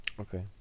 Okay